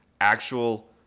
actual